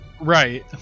Right